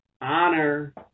honor